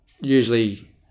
usually